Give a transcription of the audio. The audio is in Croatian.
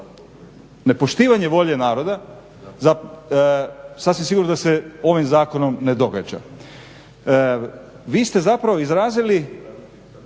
Nepoštivanje volje naroda sasvim sigurno da se ovim zakonom ne događa. Vi ste zapravo izrazili